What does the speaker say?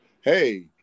hey